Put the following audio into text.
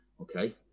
Okay